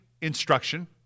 instruction